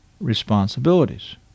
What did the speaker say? responsibilities